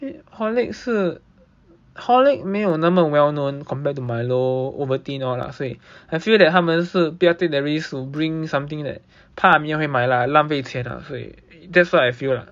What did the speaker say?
因为 Horlick 是 Horlick 没有那么 well known compared to Milo Ovaltine all lah 所以 I feel that 他们是不要 take the risk to bring something that 怕没有人会买啦浪费钱啦 that's what I feel lah